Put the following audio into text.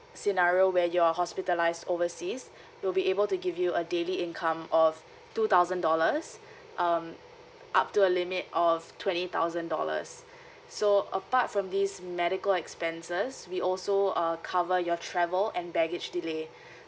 scenario where you're hospitalised overseas we'll be able to give you a daily income of two thousand dollars um up to a limit of twenty thousand dollars so apart from these medical expenses we also uh cover your travel and baggage delay